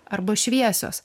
arba šviesios